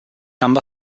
number